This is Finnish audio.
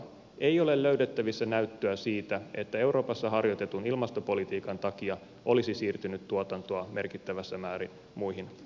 ei ole löydettävissä näyttöä siitä että euroopassa harjoitetun ilmastopolitiikan takia olisi siirtynyt tuotantoa merkittävässä määrin muihin maihin